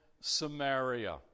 Samaria